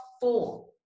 four